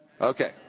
Okay